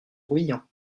bruyant